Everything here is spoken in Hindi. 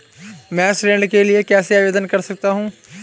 मैं ऋण के लिए कैसे आवेदन कर सकता हूं?